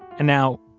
and now,